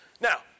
Now